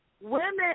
women